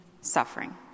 suffering